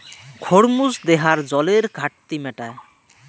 খরমুজ দেহার জলের ঘাটতি মেটায়